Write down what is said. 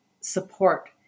support